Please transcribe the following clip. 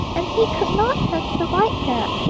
and he could not have survived that.